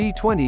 G20